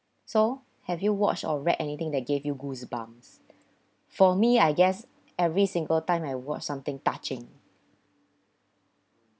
so have you watched or read anything that gave you goosebumps for me I guess every single time I watch something touching